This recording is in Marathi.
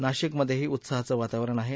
नाशिकमधेही उत्साहाचं वातावरण आहे